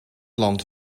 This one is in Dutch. land